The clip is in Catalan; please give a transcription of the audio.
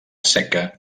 seca